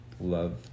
Love